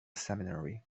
seminary